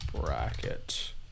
bracket